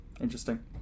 interesting